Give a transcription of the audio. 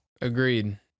Agreed